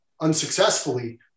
unsuccessfully